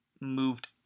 moved